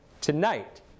Tonight